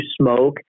smoke